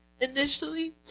Initially